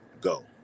go